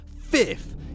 fifth